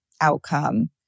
outcome